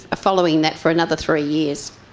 following that for another three years.